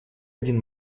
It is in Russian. один